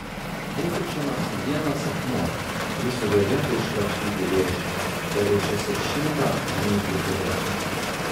būtų čia nors vienas akmuo jis sugebėtų iškrapštyti vėžį tegul šis ir šimtą žnyplių turėtų